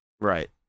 Right